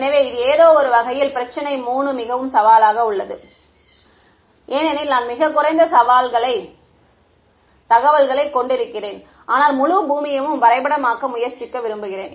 எனவே இது ஏதோ ஒரு வகையில் பிரச்சினை 3 மிகவும் சவாலாக உள்ளது ஏனெனில் நான் மிகக் குறைந்த தகவல்களைக் கொண்டிருக்கிறேன் ஆனால் முழு பூமியையும் வரைபடமாக்க முயற்சிக்க விரும்புகிறேன்